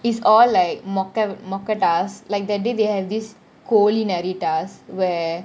it's all like மொக்க மொக்க :mokka mokka task like that day they have this கோழி நறி :kozhi nari task where